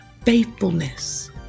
faithfulness